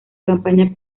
campaña